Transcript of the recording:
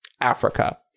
Africa